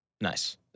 Nice